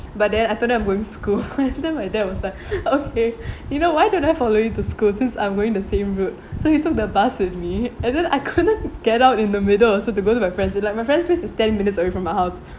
but then I told them I'm going school concidence my dad was like okay you know why don't I follow you to school since I'm going the same route so he took the bus with me and then I couldn't get out in the middle so to go to my friend's place like my friend's place is ten minutes away from my house